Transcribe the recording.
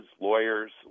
lawyers